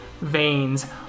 veins